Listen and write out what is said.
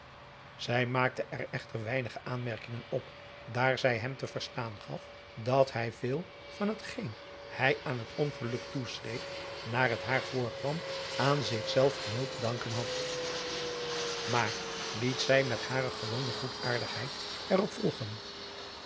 zij maakte er echter weinige aanmerkingen op daar zij hem te verstaan gaf dat hij veel van het geen hij aan het ongeluk toeschreef naar het haar voorkwam aan zich zelf geheel te danken had maar liet zij met hare gewone goedaardigheid er op volgen